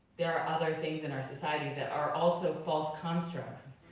there are other things in our society that are also false constructs,